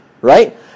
right